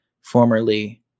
formerly